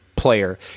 player